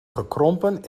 gekrompen